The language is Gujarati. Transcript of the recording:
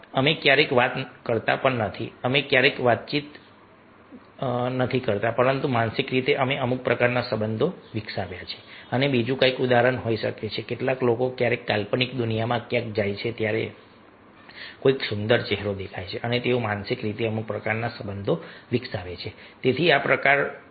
અમે ક્યારેય વાત કરી નથી અમે ક્યારેય વાતચીત કરી નથી પરંતુ માનસિક રીતે અમે અમુક પ્રકારના સંબંધો વિકસાવ્યા છે અને બીજું કંઈક ઉદાહરણ હોઈ શકે છે કે કેટલાક લોકો ક્યારેક કાલ્પનિક દુનિયામાં ક્યાંક જાય છે અને તેઓને કોઈ સુંદર ચહેરો દેખાય છે અને તેઓ માનસિક રીતે અમુક પ્રકારના સંબંધો વિકસાવે છે